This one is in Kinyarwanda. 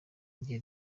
njye